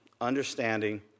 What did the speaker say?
understanding